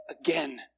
again